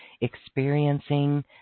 experiencing